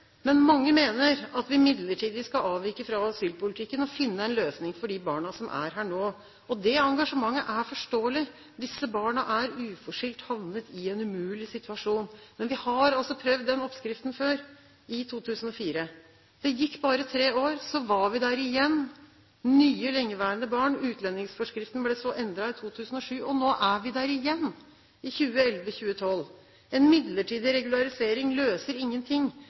men mange mener at vi midlertidig skal avvike fra asylpolitikken og finne en løsning for de barna som er her nå. Det engasjementet er forståelig. Disse barna er uforskyldt havnet i en umulig situasjon, men vi har altså prøvd den oppskriften før, i 2004. Det gikk bare tre år, så var vi der igjen – med nye lengeværende barn. Den nye utlendingsforskriften ble så endret i 2007, og nå er vi der igjen, i 2011–2012. En midlertidig regularisering løser ingenting.